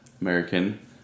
American